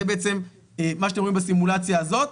זה בעצם מה שאתם רואים בסימולציה הזאת.